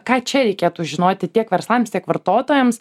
ką čia reikėtų žinoti tiek verslams tiek vartotojams